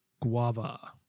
Guava